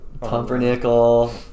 Pumpernickel